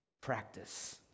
practice